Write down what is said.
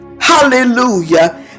Hallelujah